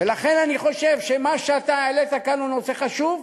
ולכן אני חושב שמה שאתה העלית כאן הוא נושא חשוב,